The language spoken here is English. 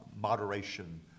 moderation